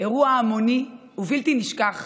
אירוע המוני ובלתי נשכח,